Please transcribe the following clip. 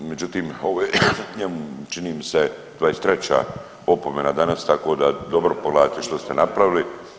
Međutim, ovo je njemu čini mi se 23 opomena danas tako da dobro pogledate što ste napravili.